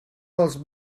dels